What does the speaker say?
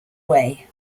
way